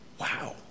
Wow